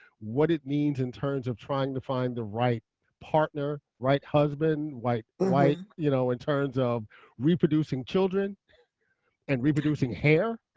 what it means in terms of trying to find the right partner, right husband, like you know in terms of reproducing children and reproducing hair.